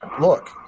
look